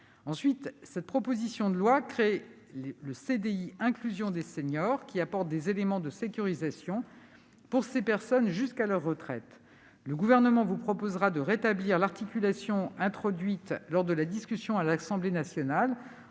Ensuite, cette proposition de loi créait initialement le CDI « inclusion des seniors », qui apporte des éléments de sécurisation pour ces personnes jusqu'à leur retraite. Le Gouvernement proposera de rétablir l'articulation introduite, lors de la discussion à l'Assemblée nationale,